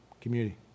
community